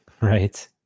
Right